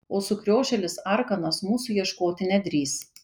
o sukriošėlis arkanas mūsų ieškoti nedrįs